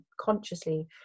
consciously